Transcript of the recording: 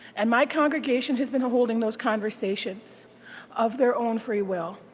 and my congregation has been holding those conversations of their own freewill.